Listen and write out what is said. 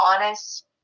honest